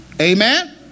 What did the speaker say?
Amen